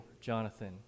Jonathan